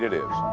is